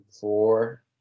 four